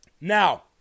Now